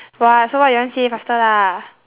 !wah! so what you want say faster lah